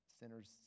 sinners